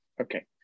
Okay